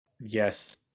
Yes